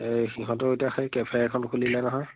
এই সিহঁতৰ এতিয়া সেই কেফে এখন খুলিলে নহয়